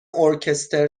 ارکستر